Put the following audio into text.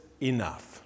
enough